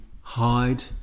hide